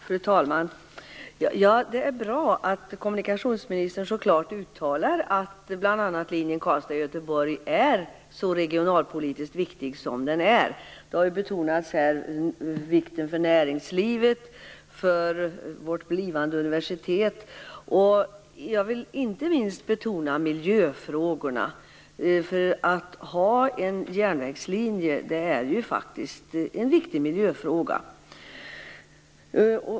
Fru talman! Det är bra att kommunikationsministern så klart uttalar att bl.a. linjen Karlstad-Göteborg är så regionalpolitiskt viktig som den är. Vikten för näringslivet och för vårt blivande universitet har betonats här. Jag vill inte minst betona miljöfrågorna. En järnvägslinje är faktiskt en viktig miljöfråga.